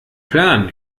plan